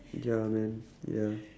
ya man ya